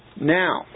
Now